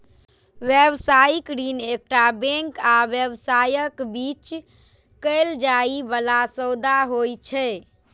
व्यावसायिक ऋण एकटा बैंक आ व्यवसायक बीच कैल जाइ बला सौदा होइ छै